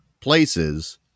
places